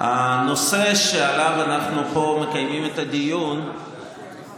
הנושא שעליו אנחנו מקיימים עליו פה את הדיון הוא,